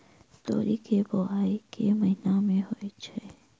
तोरी केँ बोवाई केँ महीना मे होइ छैय?